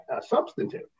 substantive